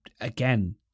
again